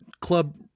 club